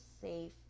safe